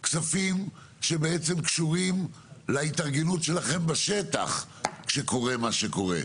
כספים שבעצם קשורים להתארגנות שלכם בשטח כשקורה מה שקורה,